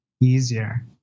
easier